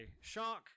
Shark